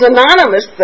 Anonymous